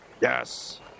Yes